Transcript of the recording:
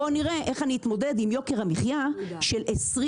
בואו נראה איך אני אתמודד עם יוקר המחיה של 20